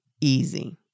easy